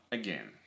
again